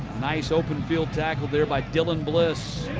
nice open field tackle there by dylan bliss.